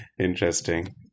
interesting